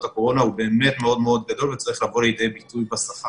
הקורונה הן באמת מאוד מאוד גדולות וזה צריך לבוא לידי ביטוי בשכר.